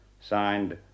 Signed